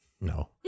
No